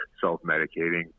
self-medicating